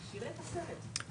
תראה את הסרט.